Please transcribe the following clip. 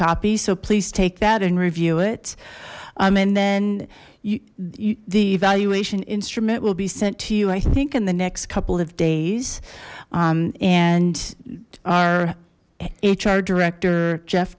copy so please take that and review it and then you the evaluation instrument will be sent to you i think in the next couple of days and our hr director jeff